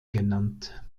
genannt